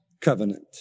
covenant